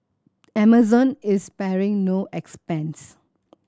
Amazon is sparing no expense